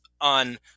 On